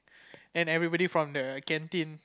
and everybody from the canteen